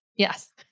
Yes